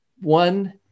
one